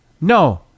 No